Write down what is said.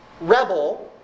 rebel